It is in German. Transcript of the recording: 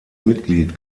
mitglied